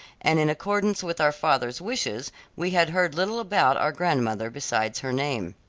and in accordance with our father's wishes we had heard little about our grandmother besides her name.